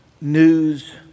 news